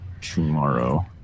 tomorrow